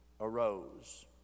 arose